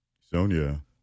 Sonia